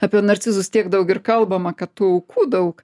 apie narcizus tiek daug ir kalbama kad tų aukų daug